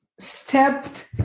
stepped